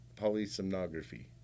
polysomnography